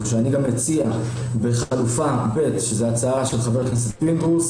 ואני גם מציע בחלופה ב' שזאת ההצעה של חבר הכנסת פינדרוס